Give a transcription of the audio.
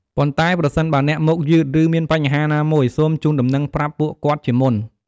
ប៉ុន្តែប្រសិនបើអ្នកមកយឺតឬមានបញ្ហាណាមួយ សូមជូនដំណឹងប្រាប់ពួកគាត់ជាមុន។